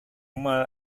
mal